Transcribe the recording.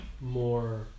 more